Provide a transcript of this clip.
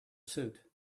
suit